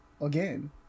again